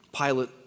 Pilate